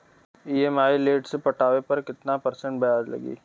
EMI late से पटावे पर कितना परसेंट ब्याज लगी?